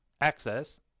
access